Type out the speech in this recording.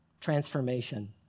transformation